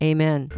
Amen